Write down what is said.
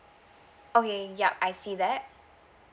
okay yup I see that